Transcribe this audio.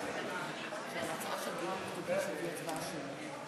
נצמדת הצעה של חבר הכנסת דב חנין.